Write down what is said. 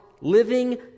living